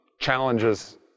challenges